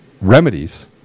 remedies